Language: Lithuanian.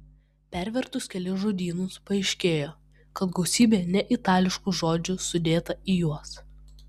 pervertus kelis žodynus paaiškėjo kad gausybė neitališkų žodžių sudėta į juos